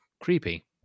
Creepy